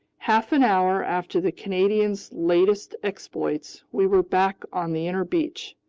half an hour after the canadian's latest exploits, we were back on the inner beach.